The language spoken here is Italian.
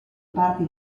parti